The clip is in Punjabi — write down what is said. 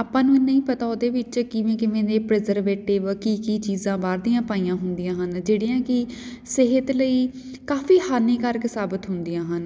ਆਪਾਂ ਨੂੰ ਇਹ ਨਹੀਂ ਪਤਾ ਉਹਦੇ ਵਿੱਚ ਕਿਵੇਂ ਕਿਵੇਂ ਦੇ ਪ੍ਰਿਜ਼ਰਵੇਟਿਵ ਕੀ ਕੀ ਚੀਜ਼ਾਂ ਬਾਹਰ ਦੀਆਂ ਪਾਈਆਂ ਹੁੰਦੀਆਂ ਹਨ ਜਿਹੜੀਆਂ ਕਿ ਸਿਹਤ ਲਈ ਕਾਫ਼ੀ ਹਾਨੀਕਾਰਕ ਸਾਬਿਤ ਹੁੰਦੀਆਂ ਹਨ